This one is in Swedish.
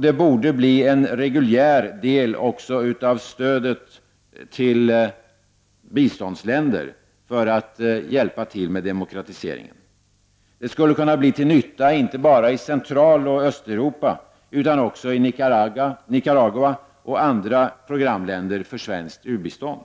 Det borde också bli en reguljär del av stödet till biståndsländer för att hjälpa till med demokratiseringen. Det skulle kunna bli till nytta inte bara i Centraloch Östeuropa utan också i Nicaragua och andra programländer för svenskt u-landsbistånd.